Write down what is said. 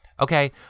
Okay